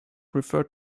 referred